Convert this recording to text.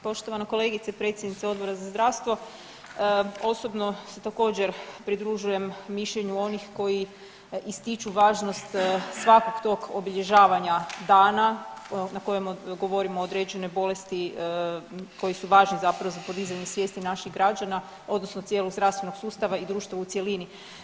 Poštovana kolegice, predsjednice Odbora za zdravstvo, osobno se također pridružujem mišljenju onih koji ističu važnost svakog tog obilježavanja dana na kojemu govorimo o određenoj bolesti, koji su važni zapravo za podizanje svijesti naših građana odnosno cijelog zdravstvenog sustava i društva u cjelini.